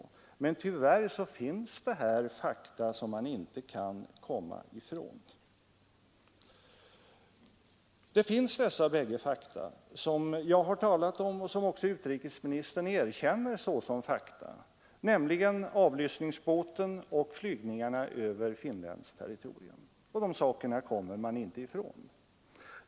Men tyvärr finns här fakta som man inte kan komma ifrån. Jag tänker på de bägge saker som jag har talat om och som även utrikesministern erkänner såsom fakta, nämligen avlyssningsbåten och flygningarna över finländskt territorium. Dessa saker kommer man inte ifrån.